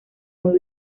muy